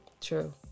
True